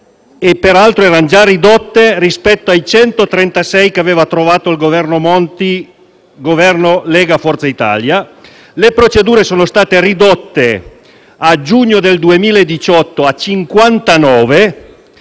e peraltro erano già ridotte rispetto alle 136 che aveva trovato il Governo Monti, dopo un Governo sostenuto da Lega e Forza Italia. Le procedure sono state ridotte, a giugno del 2018, a 59